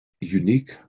unique